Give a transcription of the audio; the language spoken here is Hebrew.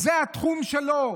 זה התחום שלו.